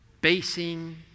basing